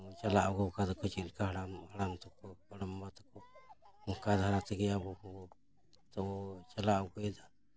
ᱪᱟᱞᱟᱣ ᱟᱹᱜᱩ ᱟᱠᱟᱫᱟ ᱠᱚ ᱪᱮᱫ ᱞᱮᱠᱟ ᱦᱟᱲᱟᱢ ᱦᱟᱲᱟᱢ ᱛᱟᱠᱚ ᱦᱟᱲᱟᱢ ᱵᱟ ᱛᱟᱠᱚ ᱚᱱᱠᱟ ᱫᱷᱟᱨᱟ ᱛᱮᱜᱮ ᱟᱵᱚ ᱦᱚᱸ ᱛᱟᱵᱚ ᱪᱟᱞᱟᱣ ᱟᱜᱩᱭᱮᱫᱟ